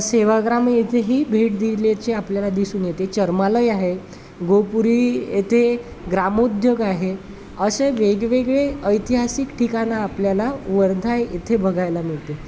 सेवाग्राम येथेही भेट दिलेचे आपल्याला दिसून येते चर्मालय आहे गोपुरी येथे ग्रामोद्योग आहे अशेसे वेगवेगळे ऐतिहासिक ठिकाणं आपल्याला वर्धा येथे बघायला मिळते